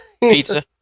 Pizza